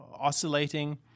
Oscillating